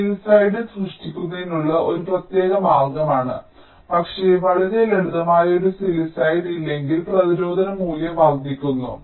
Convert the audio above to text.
സില്ലിസൈഡഡ് സൃഷ്ടിക്കുന്നതിനുള്ള ഒരു പ്രത്യേക മാർഗമാണ് പക്ഷേ വളരെ ലളിതമായ ഒരു സില്ലിസൈഡ് ഇല്ലെങ്കിൽ പ്രതിരോധ മൂല്യം വർദ്ധിക്കുന്നു